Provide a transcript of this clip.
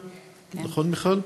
מיכל?